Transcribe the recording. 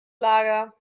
lager